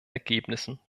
ergebnissen